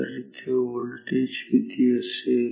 तर इथे व्होल्टेज किती असेल